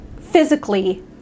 physically